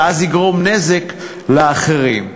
ואז ייגרם נזק לאחרים.